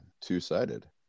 two-sided